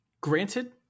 Granted